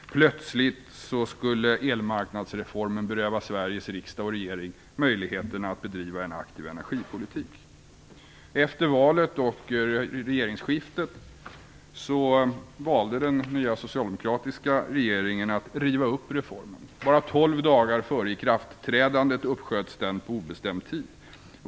Plötsligt skulle elmarknadsreformen beröva Sveriges riksdag och regering möjligheten att bedriva en aktiv energipolitik. Efter valet och regeringsskiftet valde den nya socialdemokratiska regeringen att riva upp reformen. Bara tolv dagar före ikraftträdandet uppsköts den på obestämd tid.